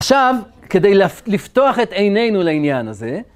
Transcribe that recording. עכשיו, כדי לפתוח את עינינו לעניין הזה,